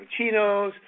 cappuccinos